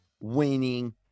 winning